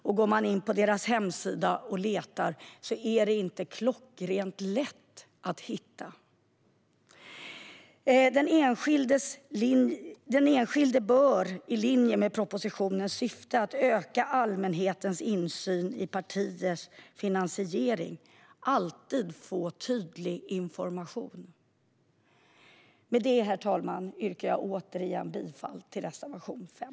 Om man går in på deras hemsida och letar är det inte heller lätt att hitta information om det. Den enskilde bör alltid få tydlig information. Det är i linje med propositionens syfte, nämligen att öka allmänhetens insyn i partiers finansiering. Herr talman! Med det yrkar jag återigen bifall till reservation 5.